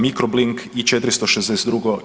Microblink i 462.